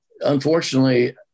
Unfortunately